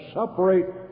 separate